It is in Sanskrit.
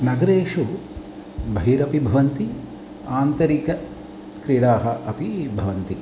नगरेषु बहिरपि भवन्ति आन्तरिकक्रीडाः अपि भवन्ति